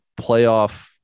playoff